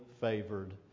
favored